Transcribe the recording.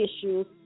issues